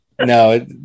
No